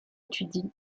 étudie